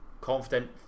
confident